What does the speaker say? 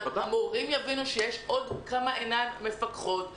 המורים יבינו שיש עוד כמה עיניים מפקחות,